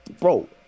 bro